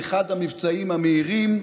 באחד המבצעים המהירים,